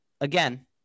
again